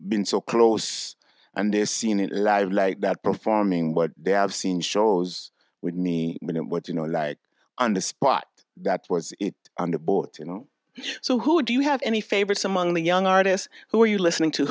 been so close and this seen it live like that performing what they have seen shows with me what you know like under spot that was on the board you know so who do you have any favorites among the young artists who are you listening to